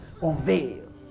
unveil